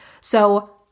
So-